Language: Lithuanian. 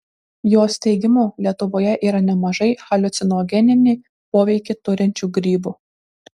jos teigimu lietuvoje yra nemažai haliucinogeninį poveikį turinčių grybų